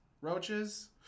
Roaches